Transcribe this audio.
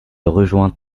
rejoint